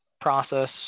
process